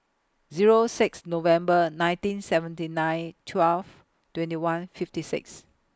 Zero six November nineteen seventy nine twelve twenty one fifty six